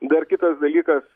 dar kitas dalykas